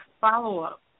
follow-up